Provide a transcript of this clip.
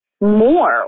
more